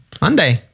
Monday